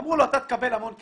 אמרו לו: אתה תקבל המון כסף,